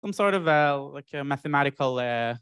אני סוג של מתמטי